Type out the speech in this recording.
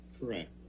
Correct